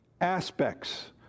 aspects